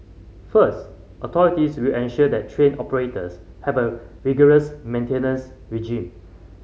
first authorities will ensure that train operators have a rigorous maintenance regime